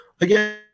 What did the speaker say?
Again